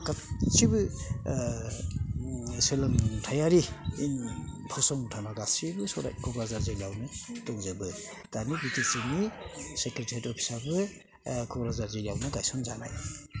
गासिबो सोलोंथाइयारि फसंथाना गासिबो क'क्राझार जिल्लायावनो दंजोबो दानि बि टि सिनि सेक्रेथारियेथ आबो क'क्राझार जिल्लायावनो गायसन जानाय